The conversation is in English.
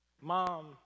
Mom